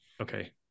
Okay